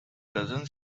dozen